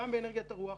גם אנרגיית הרוח,